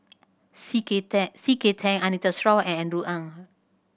C K C K Tang Anita Sarawak and Andrew Ang